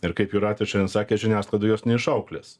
ir kaip jūratė šiandien sakė žiniasklaida jos neišauklės